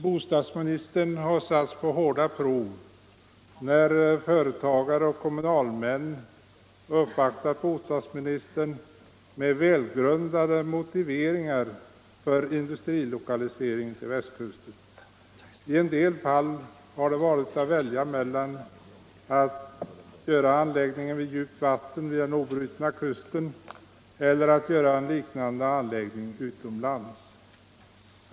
Bostadsministern har satts på hårda prov när företagare och kommunalmän uppvaktat honom med välgrundade motiveringar för industrilokaliseringar till västkusten. I en del fall har det varit att välja mellan att göra en anläggning vid djupt vatten vid den obrutna kusten eller att göra liknande anläggning utomlands.